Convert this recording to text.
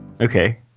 Okay